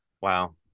Wow